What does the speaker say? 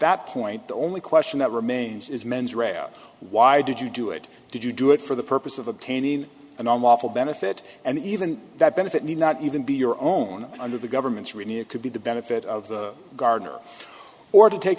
that point the only question that remains is mens rea on why did you do it did you do it for the purpose of obtaining an on lawful benefit and even that benefit need not even be your own under the government's renia could be the benefit of the gardener or to take